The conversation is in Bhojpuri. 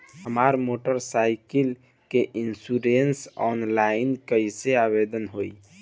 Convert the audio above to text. हमार मोटर साइकिल के इन्शुरन्सऑनलाइन कईसे आवेदन होई?